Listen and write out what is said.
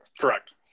Correct